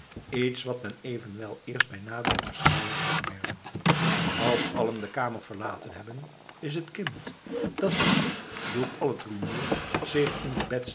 iets wat men evenwel eerst bij nadere beschouwing opmerkt als allen de kamer verlaten hebben is het kind dat verschrikt door al het rumoer zich in de